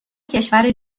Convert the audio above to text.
کشور